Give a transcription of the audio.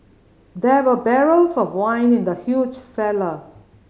there were barrels of wine in the huge cellar